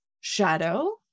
shadow